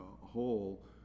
whole